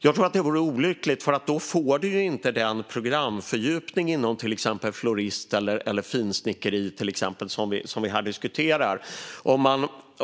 Jag tror att detta vore olyckligt, för då får du inte programfördjupningen inom till exempel florist eller finsnickeri, som vi diskuterar här.